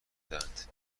دهند